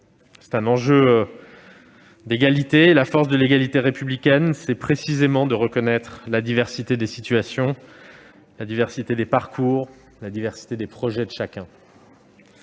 C'est un enjeu d'égalité ; la force de l'égalité républicaine, c'est précisément de reconnaître la diversité des situations, des parcours et des projets de chacun.